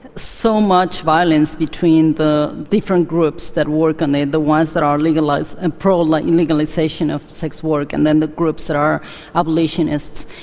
so much violence between the different groups that work on it, the ones that are legalised and pro-legalisation of sex work and then the groups that are abolitionists.